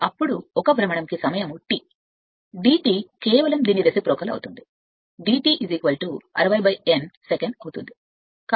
ఇప్పుడు ఒక భ్రమణం కి సమయం t t కేవలం పరస్పరం ఉంటుంది d t 60 N Second అవుతుంది